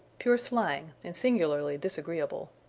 pure slang, and singularly disagreeable.